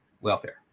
welfare